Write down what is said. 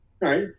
Right